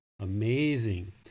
Amazing